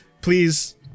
please